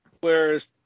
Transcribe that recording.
Whereas